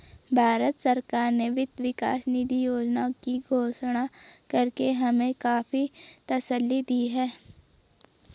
भारत सरकार ने वित्त विकास निधि योजना की घोषणा करके हमें काफी तसल्ली दी है